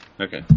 Okay